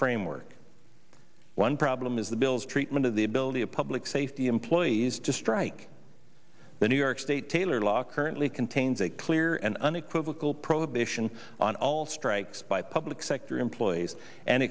framework one problem is the bill's treatment of the ability of public safety employees to strike the new york state taylor law currently contains a clear and unequivocal prohibition on all strikes by public sector employees and